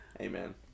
Amen